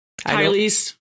Kylie's